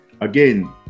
again